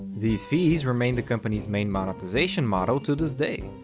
these fees remain the company's main monetization model to this day.